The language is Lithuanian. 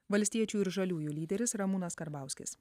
valstiečių ir žaliųjų lyderis ramūnas karbauskis